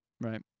Right